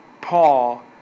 Paul